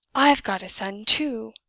i've got a son too!